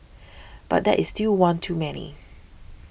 but that is still one too many